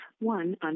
one